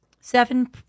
seven